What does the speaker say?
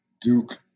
Duke